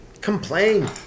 Complain